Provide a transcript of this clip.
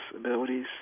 abilities